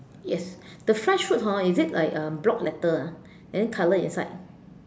yes the fresh fruit hor is it like um block letter ah and then colour is like